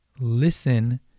listen